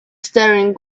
staring